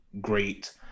great